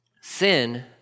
sin